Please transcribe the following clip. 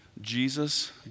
Jesus